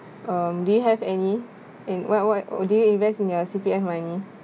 um do you have any and what what do you invest in your C_P_F money